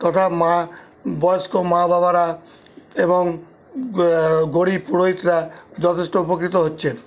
তথা মা বয়স্ক মা বাবারা এবং গরীব পুরোহিতরা যথেষ্ট উপকৃত হচ্ছেন